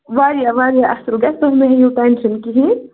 واریاہ واریاہ اَصٕل گَژھِ تُہۍ مٔہ ہیٚیِو ٹٮ۪نٛشن کِہیٖنٛۍ